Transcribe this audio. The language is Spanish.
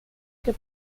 que